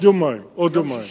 עוד יומיים, ביום שישי.